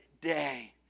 day